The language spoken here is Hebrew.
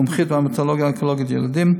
מומחית בהמטו-אונקולוגיה ילדים,